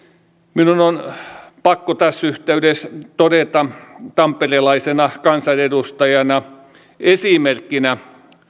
minun on pakko tässä yhteydessä todeta tamperelaisena kansanedustajana esimerkkinä